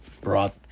brought